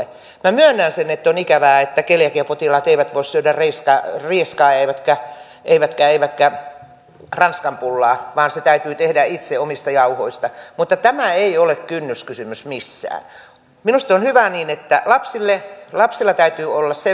minä myönnän sen että on ikävää että keliakiapotilaat eivät voi syödä riista on viisi tai vettä rieskaa eivätkä ranskanpullaa vaan se täytyy tehdä itse omista jauhoista mutta tämä ei ole kynnyskysymys missään minusta hyvää niin että lapsilleen lapsille täytyy olla sen